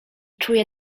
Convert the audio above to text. czuję